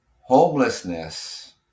Homelessness